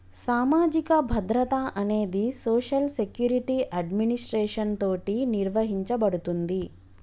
సామాజిక భద్రత అనేది సోషల్ సెక్యురిటి అడ్మినిస్ట్రేషన్ తోటి నిర్వహించబడుతుంది